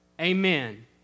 Amen